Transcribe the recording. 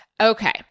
Okay